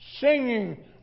singing